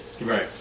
Right